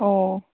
ꯑꯣ